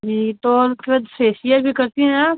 जी तो फिर फेसियल भी करती हैं आप